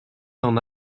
n’en